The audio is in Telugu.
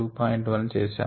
1 చేశాము